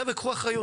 חבר'ה, קחו אחריות.